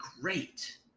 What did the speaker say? great